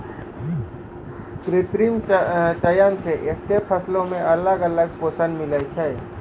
कृत्रिम चयन से एक्के फसलो मे अलग अलग पोषण मिलै छै